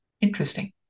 Interesting